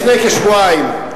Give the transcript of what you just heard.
לפני כשבועיים,